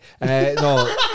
no